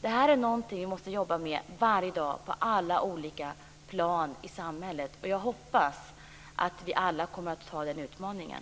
Det här är någonting vi måste jobba med varje dag på alla olika plan i samhället. Jag hoppas att vi alla kommer att ta den utmaningen.